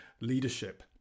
leadership